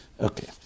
Okay